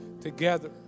together